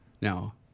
Now